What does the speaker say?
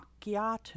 macchiato